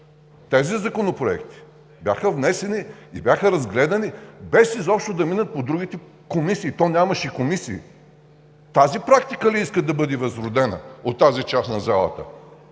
Тези законопроекти бяха внесени и бяха разгледани без изобщо да минат по другите комисии, то нямаше комисии. Тази практика ли искате да бъде възродена от тази част на залата?